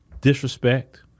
Disrespect